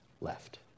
left